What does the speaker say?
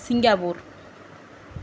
Singapore